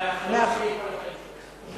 זה החלום שלי כל החיים שלי.